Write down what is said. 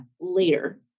later